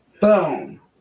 Boom